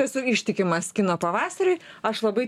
esu ištikimas kino pavasariui aš labai